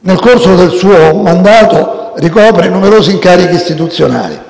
Nel corso del suo mandato egli ricopre numerosi incarichi istituzionali: